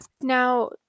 now